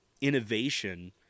innovation